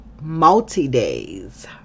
multi-days